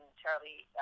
charlie